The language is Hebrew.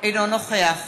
אינו נוכח